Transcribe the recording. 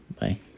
bye